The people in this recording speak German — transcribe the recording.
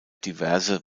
diverse